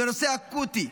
זה נושא אקוטי,